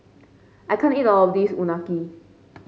I can't eat all of this Unagi